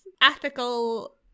ethical